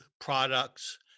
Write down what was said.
products